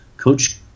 coach